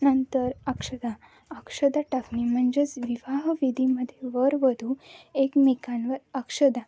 नंतर अक्षता अक्षता टाकणे म्हणजेच विवाह विधीमध्ये वरवधू एकमेकांवर अक्षता